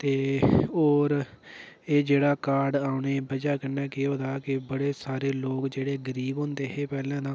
ते होर एह् जेह्ड़ा कार्ड औने वजह कन्नै केह् होए दा के बड़े सारे लोग जेह्ड़े गरीब होंदे हे पैह्ले तां